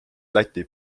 läti